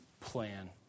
plan